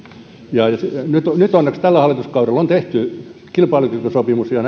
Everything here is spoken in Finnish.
huolta nyt onneksi tällä hallituskaudella on tehty kilpailukykysopimus ja